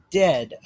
dead